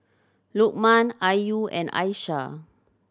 Lukman Ayu and Aishah